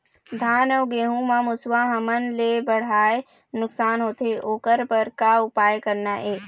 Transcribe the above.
धान अउ गेहूं म मुसवा हमन ले बड़हाए नुकसान होथे ओकर बर का उपाय करना ये?